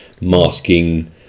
Masking